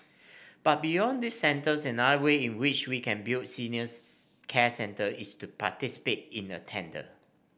but beyond these centres another way in which we can build senior care centres is to participate in a tender